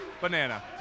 banana